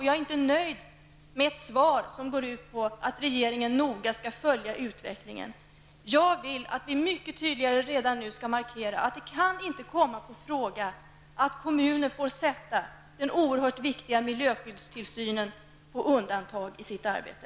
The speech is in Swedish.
Jag är inte nöjd med ett svar som går ut på att regeringen noga skall följa utvecklingen. Jag vill att vi mycket tydligt och redan nu skall markera att det inte kan komma på fråga att kommuner får sätta den oerhört viktiga miljötillsynen på undantag i sitt arbete.